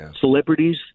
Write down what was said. celebrities